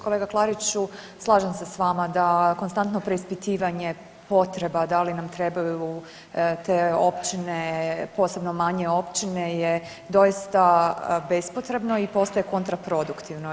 Kolega Klariću slažem se sa vama da konstantno preispitivanje potreba da li nam trebaju te općine, posebno manje općine je doista bespotrebno i postaje kontraproduktivno.